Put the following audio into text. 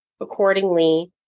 accordingly